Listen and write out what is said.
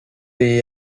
iyi